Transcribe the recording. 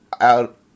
out